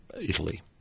Italy